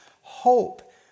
hope